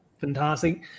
fantastic